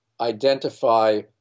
identify